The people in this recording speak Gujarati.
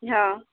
હાં